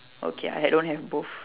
okay I don't have both